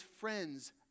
friends